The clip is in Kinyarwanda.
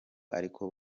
ariko